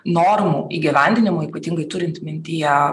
normų įgyvendinimui ypatingai turint mintyje